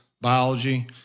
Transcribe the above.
biology